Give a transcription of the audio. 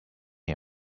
him